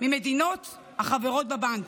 ממדינות החברות בבנק.